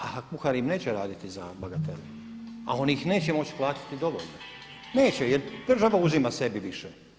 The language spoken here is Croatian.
A kuhari im neće raditi za bagatelu, a oni ih neće moći platiti dovoljno, neće jer država uzima sebi više.